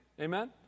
Amen